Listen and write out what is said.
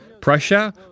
Prussia